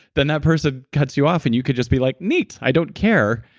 then that person cuts you off and you could just be like, neat. i don't care,